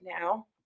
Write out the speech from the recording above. now